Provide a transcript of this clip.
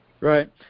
Right